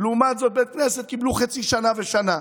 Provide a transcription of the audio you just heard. לעומת זאת על בית כנסת קיבלו חצי שנה ושנה.